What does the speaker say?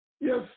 Yes